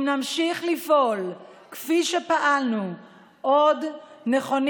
אם נמשיך לפעול כפי שפעלנו עוד נכונים